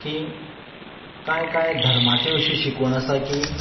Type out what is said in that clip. की कांय कांय धर्माची अशी शिकवण आसा की